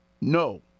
No